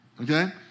okay